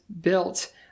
built